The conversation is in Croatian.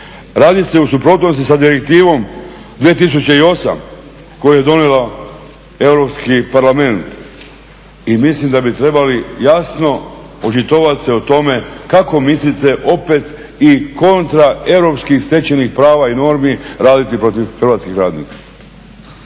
radi se u suprotnosti sa Direktivom 2008 koju je donio Europski parlament i mislim da bi se trebali jasno očitovati u tome kako mislite opet i kontra europskih stečenih prava i normi raditi protiv hrvatskih radnika?